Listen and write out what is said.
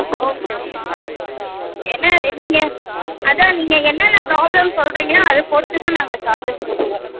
okay okay ma'am என்ன நீங்கள் அதுதான் நீங்கள் என்னென்ன ப்ராப்ளம் சொல்கிறீங்களோ அதை பொறுத்துதான் நாங்கள் சார்ஜஸ் சொல்லுவோம்